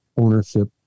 ownership